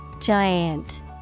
Giant